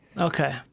Okay